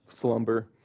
slumber